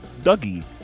Dougie